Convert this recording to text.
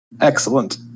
Excellent